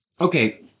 Okay